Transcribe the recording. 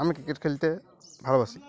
আমি ক্রিকেট খেলতে ভালোবাসি